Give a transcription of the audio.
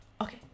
Okay